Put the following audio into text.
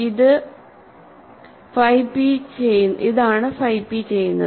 ഇതാണ് ഫൈ p ചെയ്യുന്നത്